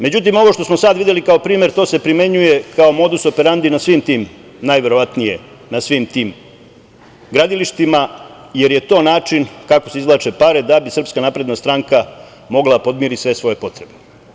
Međutim, ovo što smo sad videli kao primer, to se primenjuje kao modus operandi na svim tim, najverovatnije na svim tim gradilištima, jer je to način kako se izvlače pare, da bi SNS mogla da podmiri sve svoje potrebe.